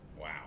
Wow